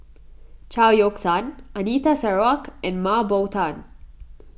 Chao Yoke San Anita Sarawak and Mah Bow Tan